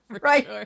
Right